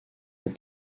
ont